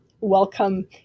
welcome